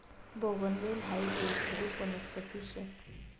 बोगनवेल हायी येक झुडुप वनस्पती शे